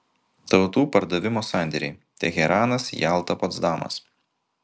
tautų pardavimo sandėriai teheranas jalta potsdamas